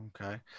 Okay